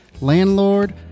landlord